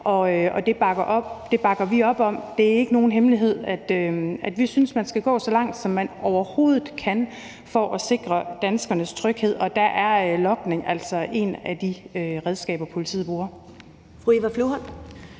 og det bakker vi op om. Det er ikke nogen hemmelighed, at vi synes, at man skal gå så langt, som man overhovedet kan, for at sikre danskernes tryghed, og der er logning altså et af de redskaber, politiet bruger.